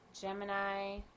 Gemini